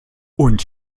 und